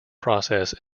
process